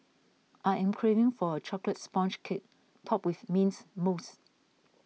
I am craving for a Chocolate Sponge Cake Topped with Mint Mousse